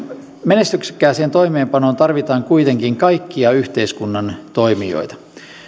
menestyksekkääseen toimeenpanoon tarvitaan kuitenkin kaikkia yhteiskunnan toimijoita